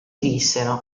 vissero